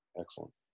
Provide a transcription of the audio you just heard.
Excellent